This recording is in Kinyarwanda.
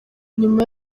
nyuma